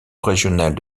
régionale